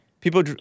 People